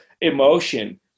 emotion